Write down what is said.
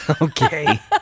Okay